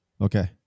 Okay